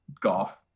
golf